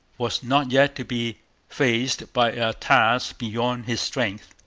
was not yet to be faced by a task beyond his strength.